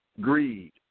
Greed